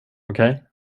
okej